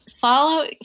Follow